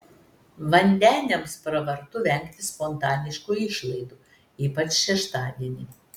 vandeniams pravartu vengti spontaniškų išlaidų ypač šeštadienį